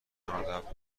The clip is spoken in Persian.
نودوهفت